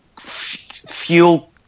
fuel